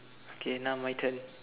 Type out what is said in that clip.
okay now my turn